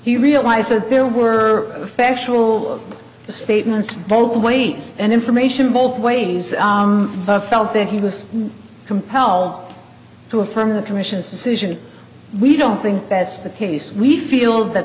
he realized that there were factual statements both ways and information both ways but felt that he was compelled to affirm the commission's decision we don't think that's the case we feel that